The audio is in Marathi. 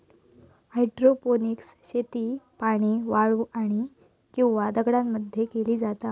हायड्रोपोनिक्स शेती पाणी, वाळू किंवा दगडांमध्ये मध्ये केली जाता